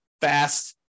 fast